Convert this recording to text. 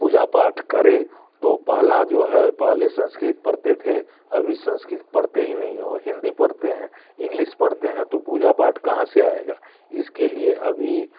पूजा पाठ करें तो पहला जो है पहले संस्कृत पढ़ते थे अभी संस्कृत पढ़ते ही नहीं है वो हिंदी पढ़ते हैं इंग्लिश पढ़ते हैं तो पूजा पाठ कहाँ से आएगा इसके लिए अभी